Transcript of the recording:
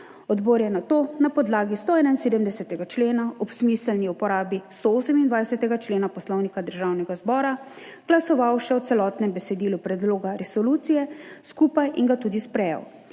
Odbor je nato na podlagi 171. člena ob smiselni uporabi 128. člena Poslovnika Državnega zbora glasoval še o celotnem besedilu predloga resolucije skupaj in ga tudi sprejel.